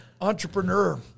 entrepreneur